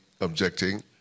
objecting